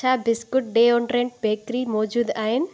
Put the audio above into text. छा biscuit deodorant bakery मौजूद आहिनि